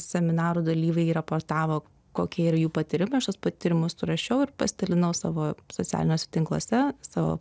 seminarų dalyviai raportavo kokie yra jų patyrimai aš tuos patyrimus surašiau ir pasidalinau savo socialiniuose tinkluose savo